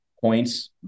points